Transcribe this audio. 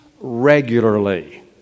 regularly